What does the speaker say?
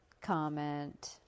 Comment